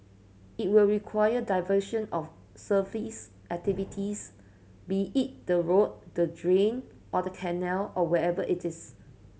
it will require diversion of surface activities be it the road the drain or the canal or whatever it is